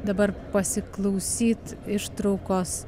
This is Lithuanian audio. dabar pasiklausyt ištraukos